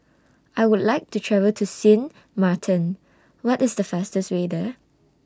I Would like to travel to Sint Maarten What IS The fastest Way There